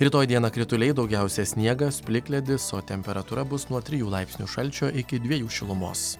rytoj dieną krituliai daugiausia sniegas plikledis o temperatūra bus nuo trijų laipsnių šalčio iki dviejų šilumos